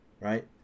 Right